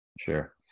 Sure